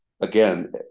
again